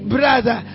Brother